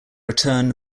return